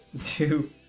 Two